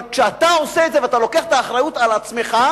אבל כשאתה עושה את זה ואתה לוקח את האחריות על עצמך,